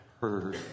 heard